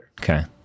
Okay